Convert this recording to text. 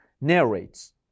narrates